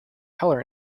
color